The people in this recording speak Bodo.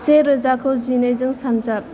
से रोजाखौ जिनै जों सानजाब